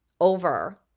over